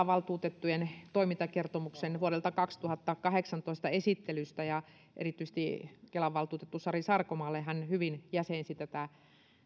valtuutettujen toimintakertomuksen esittelystä vuodelta kaksituhattakahdeksantoista kiitokset erityisesti kelan valtuutettu sari sarkomaalle hän hyvin jäsensi tätä